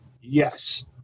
Yes